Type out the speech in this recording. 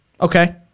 Okay